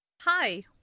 Hi